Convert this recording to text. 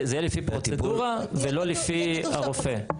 שזה יהיה לפי פרוצדורה ולא לפי הרופא.